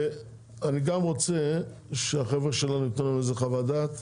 ואני גם רוצה שהחבר'ה שלנו יתנו לנו איזה חוות דעת,